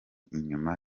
inyuma